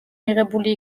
მიღებული